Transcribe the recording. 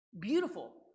Beautiful